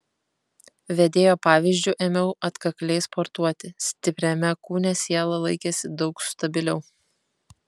vedėjo pavyzdžiu ėmiau atkakliai sportuoti stipriame kūne siela laikėsi daug stabiliau